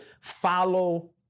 follow